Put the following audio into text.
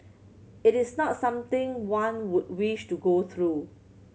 it is not something one would wish to go through